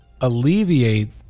alleviate